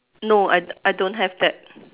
no I I don't have that